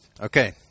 Okay